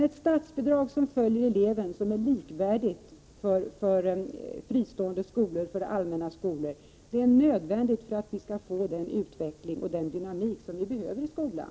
Ett statsbidrag som följer eleven och är likvärdigt för fristående och allmänna skolor är emellertid nödvändigt för att vi skall få den utveckling och den dynamik som vi behöver i skolan.